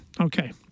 Okay